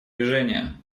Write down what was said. движения